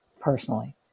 personally